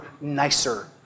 nicer